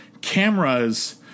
cameras